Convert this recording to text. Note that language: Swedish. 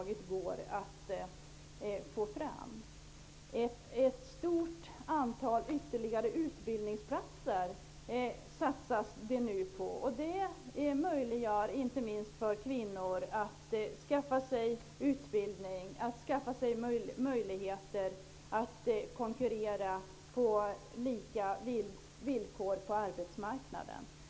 Det satsas nu på ett stort antal ytterligare utbildningsplatser. Det gör det möjligt, inte minst för kvinnor, att skaffa sig utbildning och möjligheter att konkurrera på lika villkor på arbetsmarknaden.